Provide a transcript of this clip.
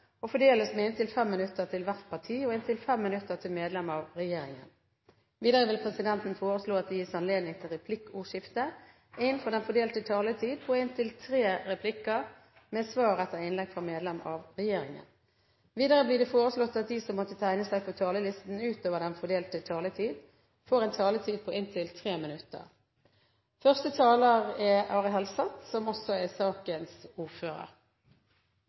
og fordeles med inntil 5 minutter til hvert parti og inntil 5 minutter til medlem av regjeringen. Videre vil presidenten foreslå at det gis anledning til replikkordskifte på inntil tre replikker med svar etter innlegg fra medlem av regjeringen innenfor den fordelte taletid. Videre blir det foreslått at de som måtte tegne seg på talerlisten utover den fordelte taletid, får en taletid på inntil 3 minutter. – Det anses vedtatt. Doping er